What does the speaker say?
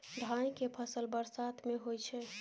धान के फसल बरसात में होय छै?